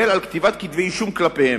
הוא עמל על כתיבת כתבי-אישום כלפיהם.